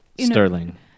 Sterling